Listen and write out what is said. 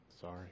sorry